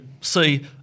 see